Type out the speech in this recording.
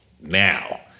now